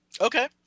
Okay